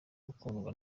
ukundwa